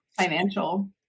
financial